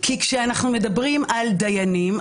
כי כשאנחנו מדברים על דיינים,